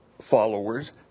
followers